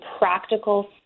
practical